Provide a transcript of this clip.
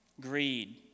Greed